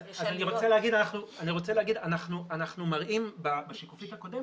אני רוצה לומר שאנחנו מראים בשקף הקודם,